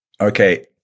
Okay